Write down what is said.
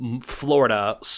Florida